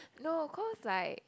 no cause like